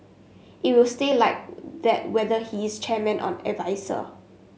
it will stay like that whether he is chairman on adviser